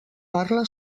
parla